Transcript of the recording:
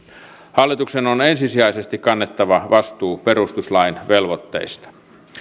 hallituksen on ensisijaisesti kannettava vastuu perustuslain velvoitteista